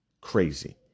crazy